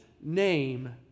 name